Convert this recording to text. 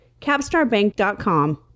capstarbank.com